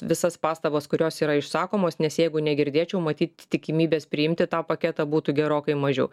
visas pastabas kurios yra išsakomos nes jeigu negirdėčiau matyt tikimybės priimti tą paketą būtų gerokai mažiau